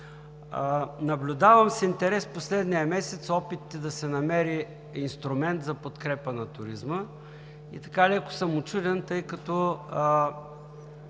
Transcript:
Наблюдавам с интерес през последния месец опитите да се намери инструмент за подкрепа на туризма и така леко съм учуден, тъй като